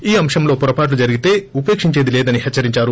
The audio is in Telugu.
ఈ అంశంలో పొరపాట్లు జరిగితే ఉపేక్షించేంది లేదని హెచ్చరించారు